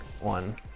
one